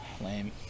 Lame